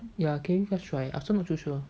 ya can you just try I also not so sure